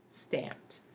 stamped